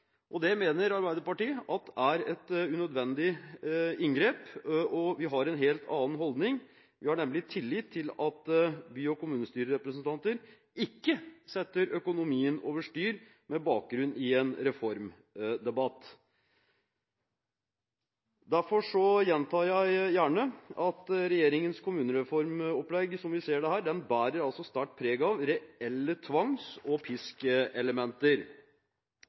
mener Arbeiderpartiet er et unødvendig inngrep. Vi har en helt annen holdning. Vi har nemlig tillit til at bystyrerepresentanter og kommunestyrerepresentanter ikke setter økonomien over styr på bakgrunn av en reformdebatt. Derfor gjentar jeg gjerne at regjeringens kommunereformopplegg, slik vi ser det her, bærer sterkt preg av reelle